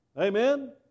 Amen